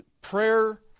Prayer